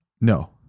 No